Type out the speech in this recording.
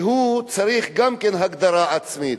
שהוא צריך גם כן הגדרה עצמית.